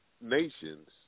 nations